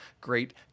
great